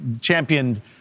championed